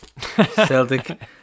Celtic